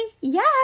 Yes